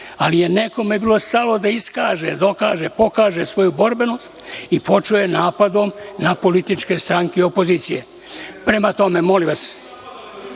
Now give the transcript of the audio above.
ali je nekome bilo stalo da iskaže, pokaže, svoju borbenost i počeo je napadom na političke stranke opozicije. Prema tome, molim vas,